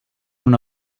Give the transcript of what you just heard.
una